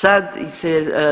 Sad se